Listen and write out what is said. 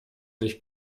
nicht